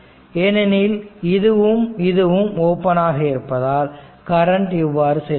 ஏனெனில் இதுவும் இதுவும் ஓபன் ஆக இருப்பதால் கரண்ட் இவ்வாறு செல்கிறது